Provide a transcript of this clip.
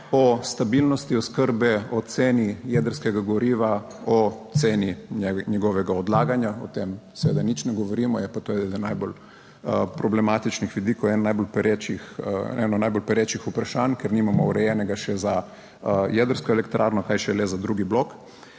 o stabilnosti oskrbe, o ceni jedrskega goriva, o ceni njegovega odlaganja, o tem seveda nič ne govorimo, je pa to eden najbolj problematičnih vidikov, eden najbolj perečih, eno najbolj perečih vprašanj, ker nimamo urejenega še za jedrsko elektrarno, kaj šele za drugi blok,